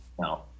No